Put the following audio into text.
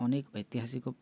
ଅନେକ ଐତିହାସିକ